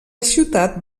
ciutat